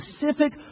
specific